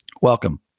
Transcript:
welcome